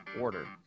order